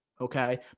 Okay